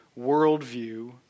worldview